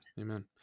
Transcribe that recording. Amen